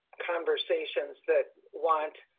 conversations that want